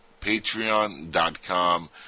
patreon.com